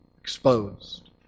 exposed